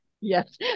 Yes